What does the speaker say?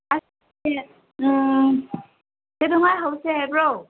ꯑꯁ ꯎꯝ ꯀꯩꯗꯧꯉꯩ ꯍꯧꯁꯦ ꯍꯥꯏꯕ꯭ꯔꯣ